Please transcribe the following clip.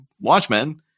Watchmen